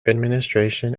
administration